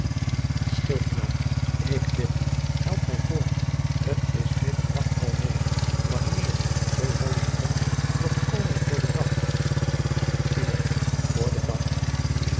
schildkn ik bid u help my voort t is middernacht alreede wanneer zoo zal u konst doch komen voor den dagh timon voor den dagh